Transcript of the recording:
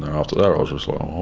after that i ah so so